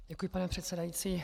Děkuji, pane předsedající.